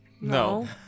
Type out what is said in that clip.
No